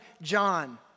John